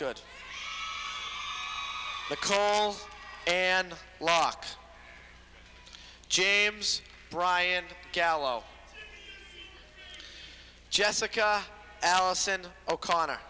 good a call and lock james bryan gallo jessica allison o'connor